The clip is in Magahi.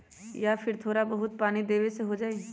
या फिर थोड़ा बहुत पानी देबे से हो जाइ?